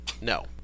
No